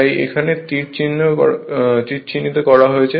তাই এখানে তীর চিহ্নিত করা হয়েছে